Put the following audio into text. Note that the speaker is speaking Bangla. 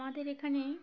আমাদের এখানে